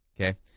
Okay